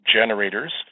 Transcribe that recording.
Generators